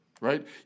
Right